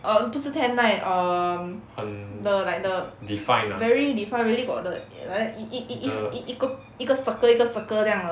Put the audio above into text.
err 不是 tan line um the like the very defined really got the like that 一一一一一一个一个 circle 一个 circle 这样的